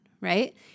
right